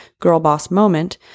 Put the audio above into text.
girlbossmoment